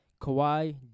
Kawhi